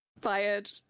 fired